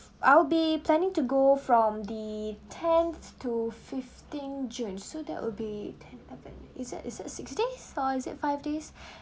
I'll be planning to go from the tenth to fifteen june so that would be is that is that six days or is that five days